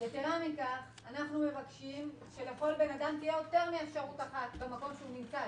אנחנו מבקשים שלכל בן אדם תהיה יותר מאפשרות אחת במקום שהוא נמצא,